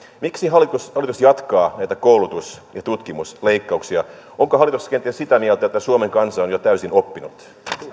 miksi hallitus hallitus jatkaa näitä koulutus ja tutkimusleikkauksia onko hallitus kenties sitä mieltä että suomen kansa on jo täysin oppinut